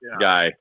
guy